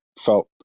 felt